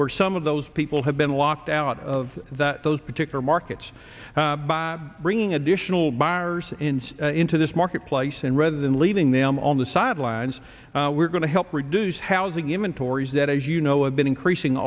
where some of those people have been locked out of that those particular markets by bringing additional buyers ins into this marketplace and rather than leaving them on the sidelines we're going to help reduce housing inventory is that as you know i've been increasing